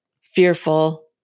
fearful